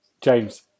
James